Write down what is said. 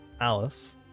Alice